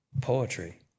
poetry